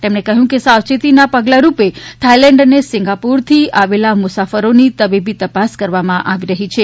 તેમણે કહ્યું કે સાવચેતીના પગલારૂપે થાઇલેન્ડ અને સિંગાપુરથી આવેલા મુસાફરોની તબીબી તપાસ કરવામાં આવી રહી છે